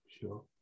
Sure